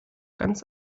ganz